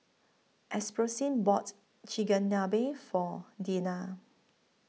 Alphonsine bought Chigenabe For Deanna